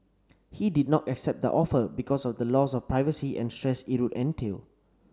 he did not accept the offer because of the loss of privacy and stress it would entail